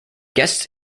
guests